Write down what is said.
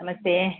नमस्ते